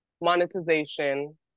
monetization